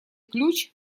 ключ